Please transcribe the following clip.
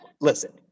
Listen